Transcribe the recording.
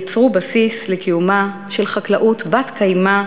יצרו בסיס לקיומה של חקלאות בת-קיימא,